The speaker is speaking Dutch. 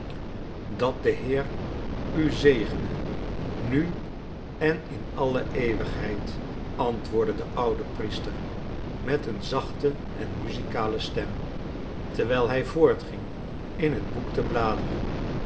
dat de heer u zegene nu en in alle eeuwigheid antwoordde de oude priester met een zachte en musicale stem terwijl hij voortging in het boek te bladeren